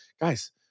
Guys